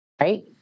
right